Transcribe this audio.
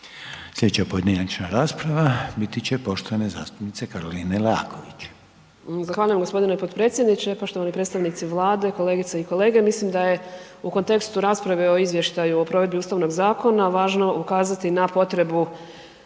Slijedeća pojedinačna rasprava biti će poštovane zastupnice Karoline Leaković. **Leaković, Karolina (SDP)** Zahvaljujem g. potpredsjedniče. Poštovani predstavnici Vlade, kolegice i kolege. Mislim da je u kontekstu rasprave o izvještaju p provedbi Ustavnog zakona važno ukazati na potrebu